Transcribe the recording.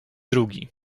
drugi